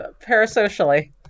Parasocially